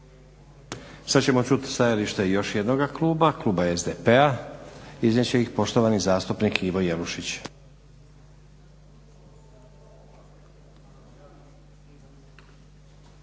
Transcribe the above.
Sad ćemo čuti stajalište i još jednoga kluba SDP-a. Iznijet će ih poštovani zastupnik Ivo Jelušić.